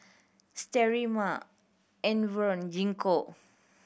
Sterimar Enervon Gingko